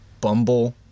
Bumble